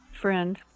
friend